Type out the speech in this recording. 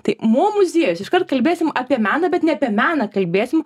tai mo muziejus iškart kalbėsim apie meną bet ne apie meną kalbėsim